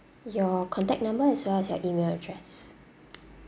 your contact number as well as your email address